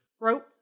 Rope